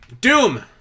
Doom